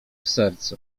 sercu